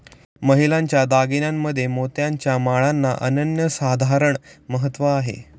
महिलांच्या दागिन्यांमध्ये मोत्याच्या माळांना अनन्यसाधारण महत्त्व आहे